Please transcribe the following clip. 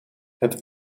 het